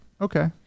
Okay